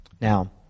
Now